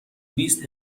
بیست